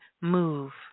move